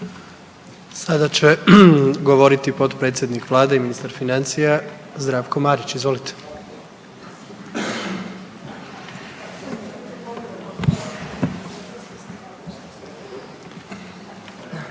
Sada će govoriti potpredsjednik Vlade i ministar financija Zdravko Marić. Izvolite.